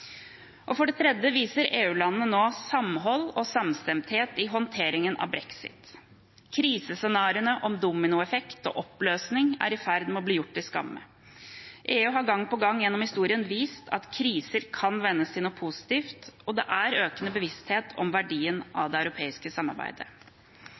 For det tredje viser EU-landene nå samhold og samstemthet i håndteringen av brexit. Krisescenariene om dominoeffekt og oppløsning er i ferd med å bli gjort til skamme. EU har gang på gang gjennom historien vist at kriser kan vendes til noe positivt, og det er økende bevissthet om verdien av